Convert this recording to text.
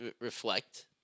reflect